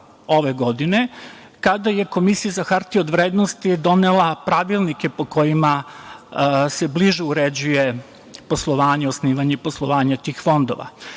ove godine, kada je Komisija za hartije od vrednosti donela pravilnike po kojima se bliže uređuje poslovanje, osnivanje poslovanja tih fondova.